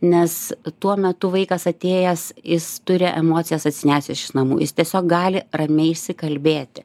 nes tuo metu vaikas atėjęs jis turi emocijas atsinešęs iš namų jis tiesiog gali ramiai išsikalbėti